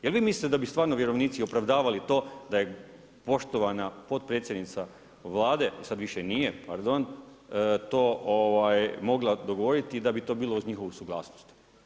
Jel vi mislite da bi stvarno vjerovnici opravdavali to da je poštovana potpredsjednica Vlade, sad više nije, pardon, to mogla dogovoriti i da bi to bilo uz njihovu suglasnost?